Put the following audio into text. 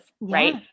right